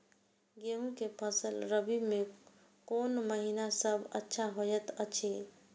गेहूँ के फसल रबि मे कोन महिना सब अच्छा होयत अछि?